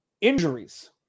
Injuries